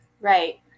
right